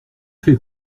fais